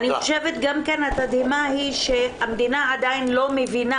אני חושבת שגם כן התדהמה היא שהמדינה עדיין לא מבינה